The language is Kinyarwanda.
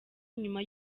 nyuma